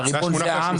והריבון זה העם.